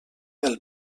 del